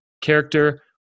character